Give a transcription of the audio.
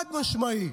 חד-משמעית.